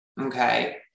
Okay